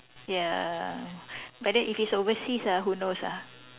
ya but then if it's overseas ah who knows ah